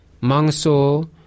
mangso